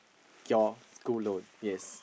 you school loan yes